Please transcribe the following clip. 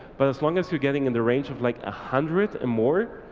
but as long as you're getting in the range of like a hundred and more,